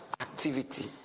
activity